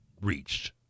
reached